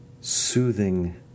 soothing